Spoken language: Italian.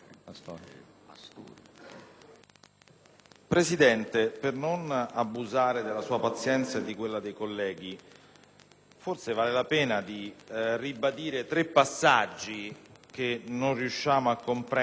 Presidente, non vorrei abusare della sua pazienza e di quella dei colleghi, ma forse vale la pena ribadire tre passaggi che non riusciamo a comprendere